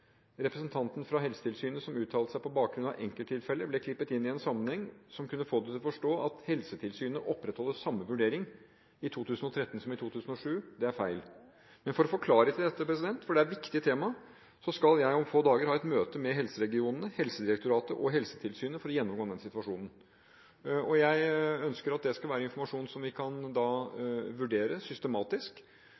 Representanten fra Helsetilsynet som uttalte seg på bakgrunn av enkelttilfeller, ble klippet inn i en sammenheng som kunne forstås som at Helsetilsynet opprettholder samme vurdering i 2013 som i 2007. Det er feil. For å få klarhet i dette, for det er viktige tema, skal jeg om få dager ha et møte med helseregionene, Helsedirektoratet og Helsetilsynet for å gjennomgå den situasjonen. Jeg ønsker at det skal være informasjon som vi kan